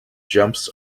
jumps